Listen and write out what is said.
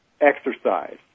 exercise